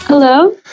Hello